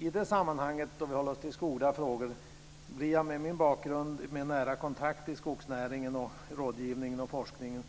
I det här sammanhanget, då vi håller oss till skogliga frågor, blir jag med min bakgrund med nära kontakt till skogsnäringen, rådgivningen och forskningen